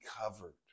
covered